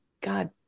God